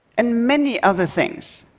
and many other things.